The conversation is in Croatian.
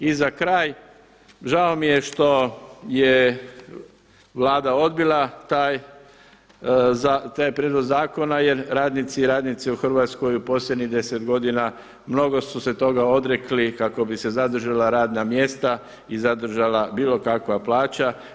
I za kraj žao mi je što je Vlada odbila taj, taj prijedlog zakona jer radnici i radnici Hrvatskoj u posljednjih 10 godina mnogo su se toga odrekli kako bi se zadržala radna mjesta i zadržala bilo kakva plaća.